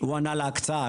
הוא ענה על ההקצאה,